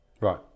Right